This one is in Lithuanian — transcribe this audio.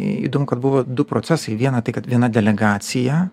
įdomu kad buvo du procesai viena tai kad viena delegacija